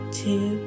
two